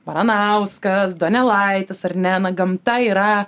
baranauskas donelaitis ar ne gamta yra